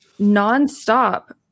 nonstop